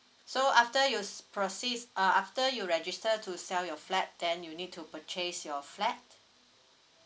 so after you proceed uh after you register to sell your flat then you'll need to purchase your flat